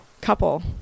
couple